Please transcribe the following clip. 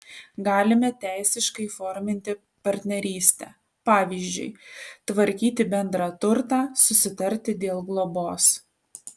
galime teisiškai įforminti partnerystę pavyzdžiui tvarkyti bendrą turtą susitarti dėl globos